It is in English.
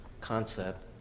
concept